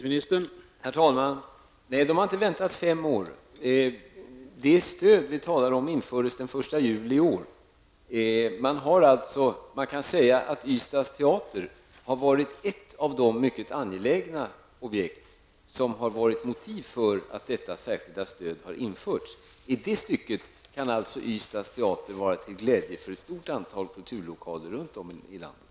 Herr talman! De har inte väntat i fem år. Det stöd vi talar om infördes den 1 juli i år. Ystads teater var ett av de mycket angelägna objekt som var motivet för att detta särskilda stöd har införts. I det stycket har Ystads teater varit till glädje för ett stort antal kulturlokaler runt om i landet.